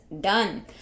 done